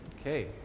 Okay